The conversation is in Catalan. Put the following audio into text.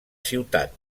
ciutat